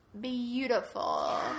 beautiful